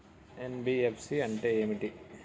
NBFC అంటే ఏమిటి?